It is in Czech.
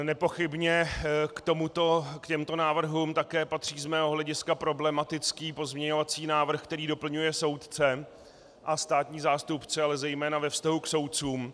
Nepochybně k těmto návrhům také patří z mého hlediska problematický pozměňovací návrh, který doplňuje soudce a státní zástupce, ale zejména ve vztahu k soudcům.